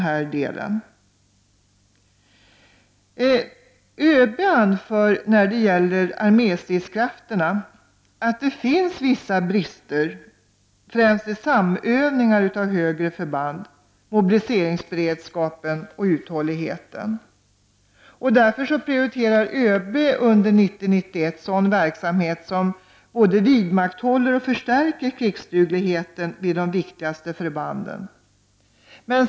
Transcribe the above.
När det gäller arméstridskrafter anför överbefälhavaren att det finns vissa brister främst i samövningar av högre förband, mobiliseringsberedskap och uthållighet. Därför prioriterar överbefälhavaren under 1990/91 sådan verksamhet som vidmakthåller och förstärker krigsdugligheten vid de viktigaste förbanden.